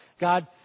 God